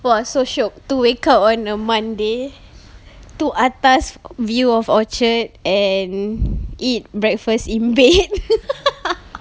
!wah! so shiok to wake up on a monday to atas view of orchard and eat breakfast in bed in